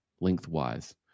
lengthwise